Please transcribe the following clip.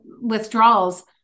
withdrawals